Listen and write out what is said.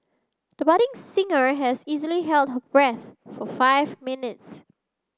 the budding singer has easily held her breath for five minutes